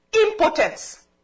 impotence